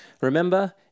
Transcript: Remember